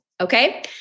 Okay